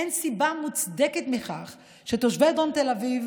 אין סיבה מוצדקת לכך שתושבי דרום תל אביב